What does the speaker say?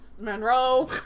Monroe